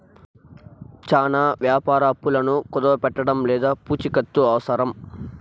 చానా వ్యాపార అప్పులను కుదవపెట్టడం లేదా పూచికత్తు అవసరం